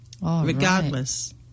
regardless